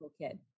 kid